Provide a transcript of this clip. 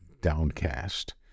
downcast